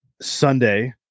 Sunday